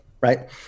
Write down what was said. right